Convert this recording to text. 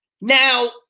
Now